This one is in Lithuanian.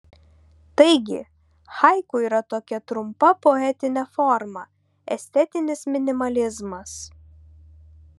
taigi haiku yra tokia trumpa poetinė forma estetinis minimalizmas